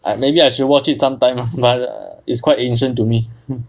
maybe I should watch is some time lah it's quite ancient to me